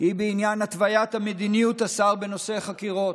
היא בעניין התוויית מדיניות השר בנושאי חקירות.